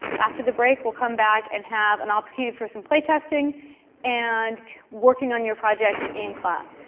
after the break, we'll come back and have an opportunity for some play-testing and working on your projects in class.